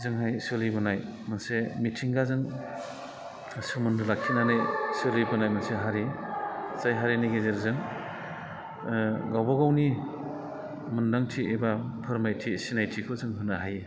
जोंनि सोलिबोनाय मोनसे मिथिंगाजों सोमोन्दो लाखिनानै सोलिबोनाय मोनसे हारि जाय हारिनि गेजेरजों ओ गावबागावनि मोनदांथि एबा फोरमायथि सिनायथिखौ जों होनो हायो